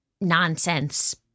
nonsense